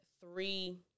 three